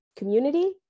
community